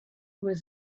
was